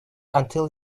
until